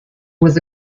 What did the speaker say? was